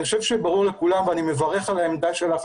אני חושב שברור לכולם ואני מברך על העמדה שלך,